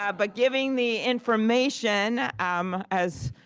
yeah but giving the information, um as